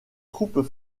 troupes